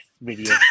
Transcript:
video